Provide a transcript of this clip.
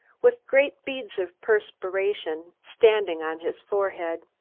with great beads of perspiration standing on his forehead.